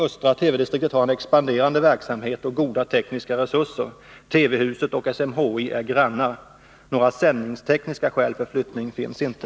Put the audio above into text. Östra TV-distriktet har en expanderande verksamhet och goda tekniska resurser. TV-huset och SMHI är grannar. Några sändningstekniska skäl för flyttningen finns inte.